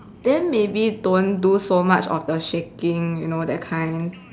then maybe don't do so much of the shaking you know that kind